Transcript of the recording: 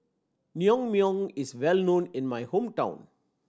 naengmyeon is well known in my hometown